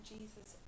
Jesus